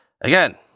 Again